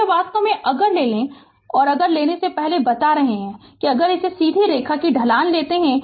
तो यह वास्तव में है अगर ले लो अगर लेने से पहले बता रहे हैं अगर इस सीधी रेखा की ढलान लेते हैं